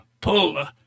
pull